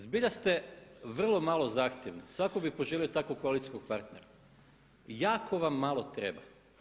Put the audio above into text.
Zbilja ste vrlo malo zahtjevni, svatko bi poželio takvog koalicijskog partnera, jako vam malo treba.